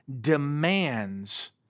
demands